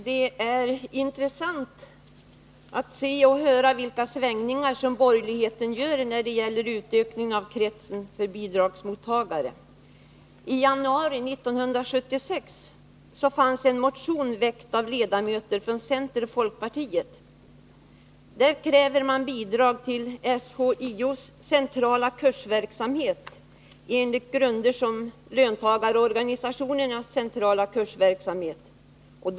Herr talman! Det är intressant att notera vilka svängningar som borgerligheten ger uttryck för när det gäller utökningen av kretsen av bidragsmottagare. I januari 1976 väcktes en motion av ledamöter från centern och folkpartiet, i vilken man krävde bidrag till SHIO:s centrala kursverksamhet enligt för löntagarorganisationernas centrala kursverksamhet gällande grunder.